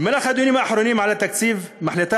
במהלך הדיונים האחרונים על התקציב מחליטה